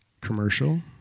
Commercial